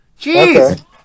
Jeez